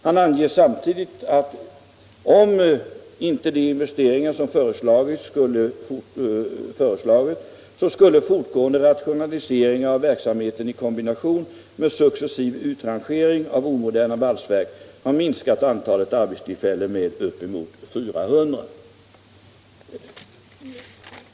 Han skriver samtidigt att om inte de investeringar som föreslagits kommer till stånd skulle fortgående rationalisering av verksamheten i kombination med successiv utrangering av omoderna valsverk ha minskat antalet arbetstillfällen med uppemot 400.